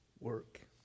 work